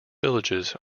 villages